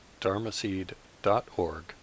dharmaseed.org